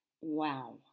Wow